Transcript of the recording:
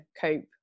cope